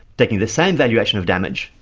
taking the same evaluation of damage,